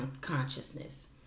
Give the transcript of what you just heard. consciousness